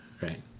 Right